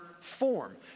form